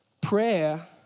Prayer